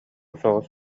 соҕус